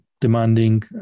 demanding